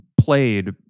played